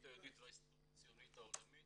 היהודית וההסתדרות הציונית העולמית